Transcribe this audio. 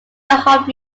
hope